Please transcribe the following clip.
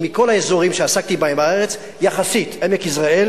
מכל האזורים שעסקתי בהם בארץ, יחסית, עמק יזרעאל